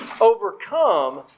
overcome